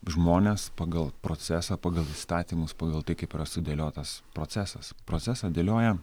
žmonės pagal procesą pagal įstatymus pagal tai kaip yra sudėliotas procesas procesą dėlioja